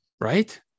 Right